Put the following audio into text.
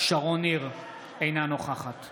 שרון ניר, אינה נוכחת